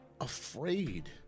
afraid